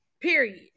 period